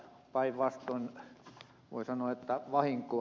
päinvastoin voi sanoa että vahinkoa